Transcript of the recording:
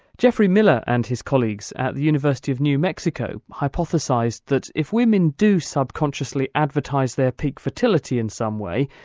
geoffrey miller and his colleagues at the university of new mexico hypothesised that if women do subconsciously advertise their peak fertility in some way,